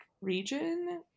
region